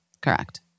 Correct